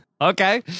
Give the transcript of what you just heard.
Okay